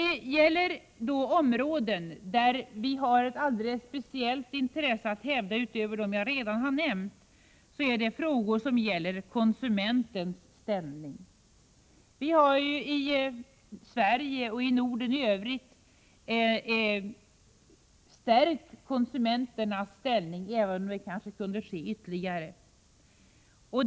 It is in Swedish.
Ett område som vi från Sveriges sida har ett alldeles speciellt intresse att hävda, utöver dem jag redan har nämnt, gäller konsumenternas ställning. I Sverige och i Norden i övrigt har konsumenternas ställning stärkts, även om det kunde göras mer.